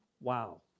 Wow